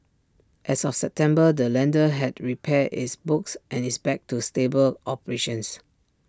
as of September the lender had repaired its books and is back to stable operations